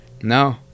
no